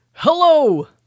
Hello